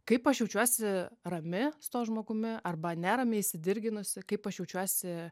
kaip aš jaučiuosi rami su tuo žmogumi arba nerami įsidirginusi kaip aš jaučiuosi